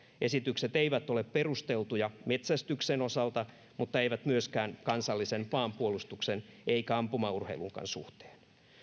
esitykset eivät ole perusteltuja metsästyksen osalta mutta eivät myöskään kansallisen maanpuolustuksen eivätkä ampumaurheilunkaan suhteen